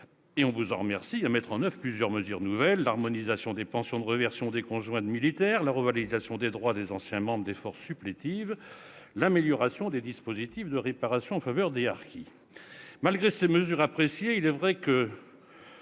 Vous avez enfin tenu à mettre en oeuvre plusieurs mesures nouvelles : l'harmonisation des pensions de réversion des conjoints de militaires, la revalorisation des droits des anciens membres des forces supplétives, l'amélioration des dispositifs de réparation en faveur des harkis. Malgré ces mesures appréciées du monde des